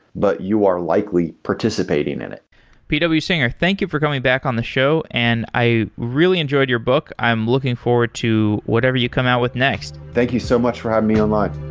but you are likely participating in it p w. singer, thank you for coming back on the show. and i really enjoyed your book. i'm looking forward to whatever you come out with next thank you so much for having um me online